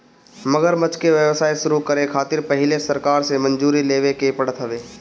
मगरमच्छ के व्यवसाय शुरू करे खातिर पहिले सरकार से मंजूरी लेवे के पड़त हवे